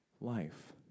life